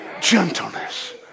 gentleness